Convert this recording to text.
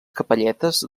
capelletes